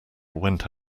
went